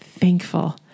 thankful